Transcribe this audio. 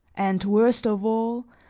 and worst of all,